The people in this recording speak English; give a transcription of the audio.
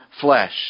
flesh